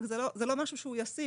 רק זה לא משהו שהוא ישים.